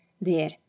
There